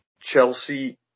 Chelsea